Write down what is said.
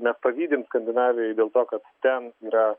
mes pavydim slandinavijai dėl to kad ten yra